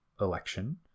election